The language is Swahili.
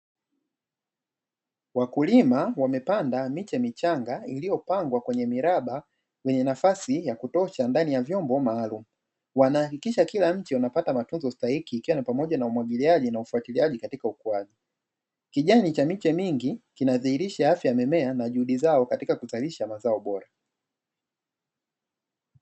Wakulima wamepanda miche michanga iliyopangwa kwenye miraba kwenye nafasi ya kutosha ndani ya vyombo maalumu, wanahakikisha kila mche unapata matunzo stahiki ikiwa ni pamoja na umwagiliaji na ufuatiliaji katika ukuaji, kijani cha miche mingi kinadhihirisha afya ya mimea na juhudi zao katika kuzalisha mazao bora.